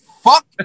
fuck